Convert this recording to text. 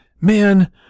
Man